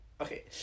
Okay